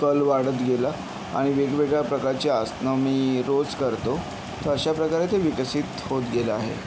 कल वाढत गेला आणि वेगवेगळ्या प्रकारचे आसनं मी रोज करतो तर अशाप्रकारे ते विकसित होत गेलं आहे